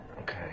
Okay